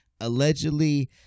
allegedly